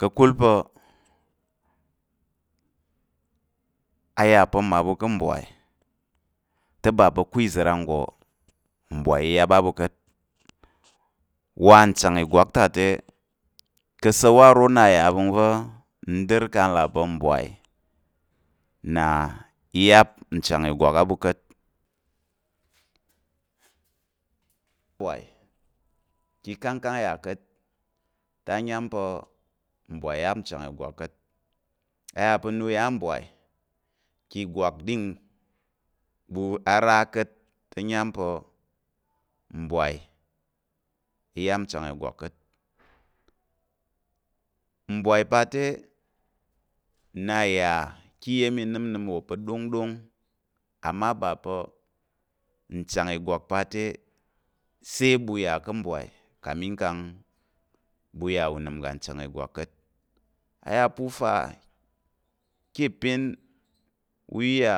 Ka̱kul pa̱ a yà pa̱ mmaɓu ka̱ mbwai te ba pa̱ ko iza̱ ranggo te mbwai i yap á ɓu ka̱t, wa nchang ìgwak ta te, ka̱ asa̱l- wu aro nna yà ava̱ngva̱ n dər kang n là pa̱ mbwai na yap nchang ìgwak á ɓu ka̱t, mbwai ikangkang ya ka̱t te a nyam pa̱ mbwai yap nchang ìgwak ka̱t, a yà pa̱ nna u yà mbwai kang ìgwak din ɓu a ra ka̱t te a nyam pa̱ mbwai i yap nchang ìgwak ka̱t. Mbwai pa te, nna yà ká̱ iya̱m inənəm wó pa̱ ɗongɗong amma ba pa̱ nchang ìgwak pa te, sai ɓu yà ká̱ mbwai kang ɓu yà unəm uga nchang ìgwak ka̱t, a yà pa̱ u fa ká̱ ìpin u iyà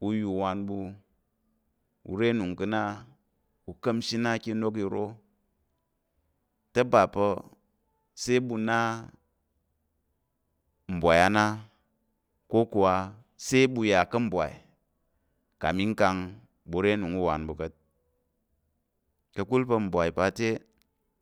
u ya uwan ɓu, u re anung ká̱ na, u ka̱mshi ká̱ inok iro, te ba pa̱ sai ɓu na mbwai á na, kokuwa sai ɓu yà ká̱ mbwai kami kang ɓu re anung uwan ɓu ka̱t. Ka̱kul pa̱ mbwai pa te